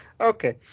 Okay